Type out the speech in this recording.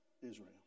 Israel